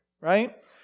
right